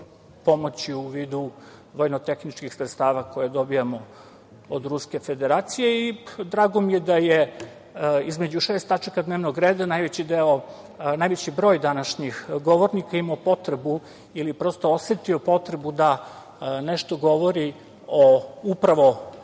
u vidu vojno-tehničkih sredstava koje dobijamo od Ruske Federacije i drago mi je da je između šest tačaka dnevnog reda najveći broj današnjih govornika imao potrebu ili prosto osetio potrebu da nešto govori o upravo